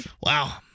Wow